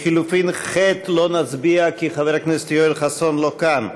לחלופין ח' לא נצביע כי חבר הכנסת יואל חסון לא כאן.